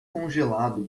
congelado